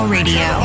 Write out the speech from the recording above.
Radio